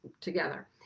together